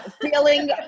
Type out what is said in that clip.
Feeling